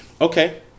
okay